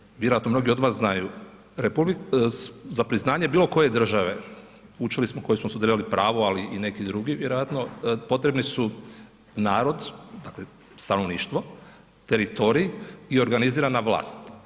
Zato što vjerojatno mnogi od vas znaju, za priznanje bilo koje države, učili smo koji smo studirali pravo, ali i neki drugi vjerojatno, potrebni su narod, dakle, stanovništvo, teritorij i organizirana vlast.